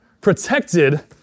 protected